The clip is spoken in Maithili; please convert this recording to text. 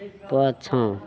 पाछाँ